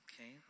okay